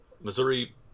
Missouri